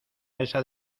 mesa